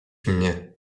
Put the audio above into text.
mnie